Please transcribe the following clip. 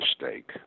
mistake